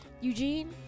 eugene